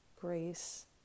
grace